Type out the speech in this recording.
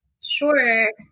Sure